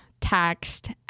text